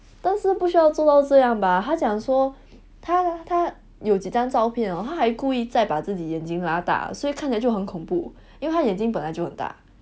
但是不需要做到这样吧他讲说他他有几张照片 hor 他还故意在把自己眼睛拉大所以看起来就很恐怖因为他眼睛本来就很大